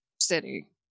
city